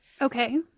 Okay